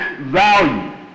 Value